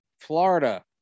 Florida